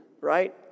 right